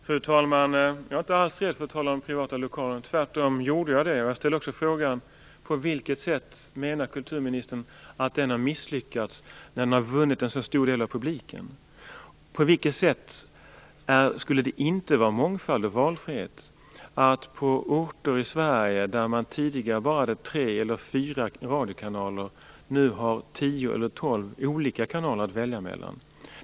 Fru talman! Jag är inte alls rädd för att tala om den privata lokalradion. Tvärtom gjorde jag det. Jag frågade också: På vilket sätt har den enligt kulturministern misslyckats? Den har ju vunnit en stor del av publiken. På vilket sätt skulle det inte vara fråga om mångfald och valfrihet när det på orter i Sverige där det tidigare bara fanns tre eller fyra radiokanaler nu finns tio eller tolv olika kanaler att välja mellan?